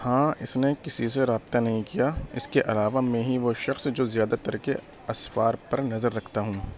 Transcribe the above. ہاں اس نے کسی سے رابطہ نہیں کیا اس کے علاوہ میں ہی وہ شخص جو زیادہ تر کے اسفار پر نظر رکھتا ہوں